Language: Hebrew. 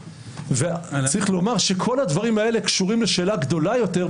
כל הדברים האלה קשורים לשאלה גדולה יותר,